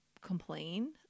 complain